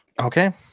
okay